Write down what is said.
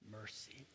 mercy